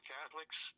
Catholics